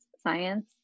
science